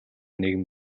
нэгэн